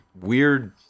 weird